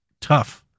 tough